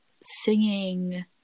singing